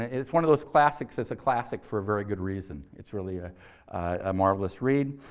it's one of those classics that's a classic for a very good reason. it's really ah a marvelous read.